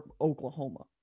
Oklahoma